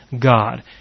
God